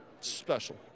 Special